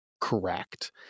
correct